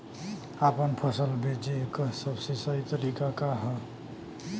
आपन फसल बेचे क सबसे सही तरीका का ह?